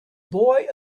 boy